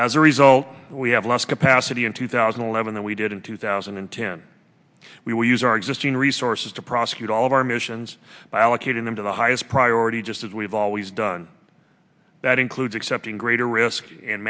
as a result we have less capacity in two thousand and eleven that we did in two thousand and ten we will use our existing resources to prosecute all of our missions by allocating them to the highest priority just as we've always done that includes accepting greater risk and